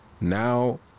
Now